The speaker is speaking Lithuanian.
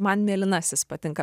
man mėlynasis patinka